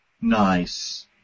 Nice